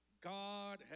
God